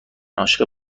عاشق